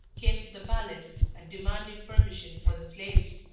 came to the palace, and demanded permission for the slaves,